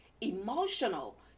emotional